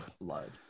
blood